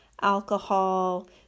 alcohol